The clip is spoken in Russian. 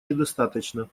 недостаточно